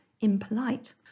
impolite